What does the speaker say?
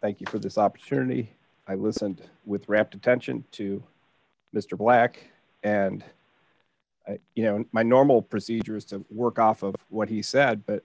thank you for this opportunity i listened with rapt attention to mr black and you know my normal procedure is to work off of what he said but